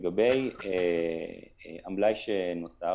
לגבי המלאי שנותר,